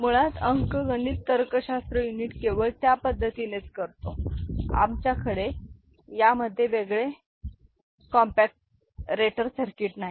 मुळात अंकगणित तर्कशास्त्र युनिट केवळ त्या पद्धतीनेच करतो आमच्याकडे त्यामध्ये वेगळे कॉम्पॅटर सर्किट नाही